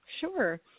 Sure